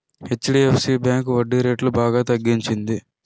HDFC bank వడ్డీరేట్లు బాగా తగ్గించింది